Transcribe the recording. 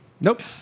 Nope